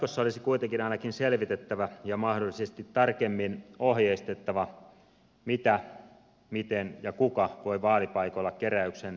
jatkossa olisi kuitenkin ainakin selvitettävä ja mahdollisesti tarkemmin ohjeistettava mitä miten ja kuka voi vaalipaikoilla keräyksen järjestää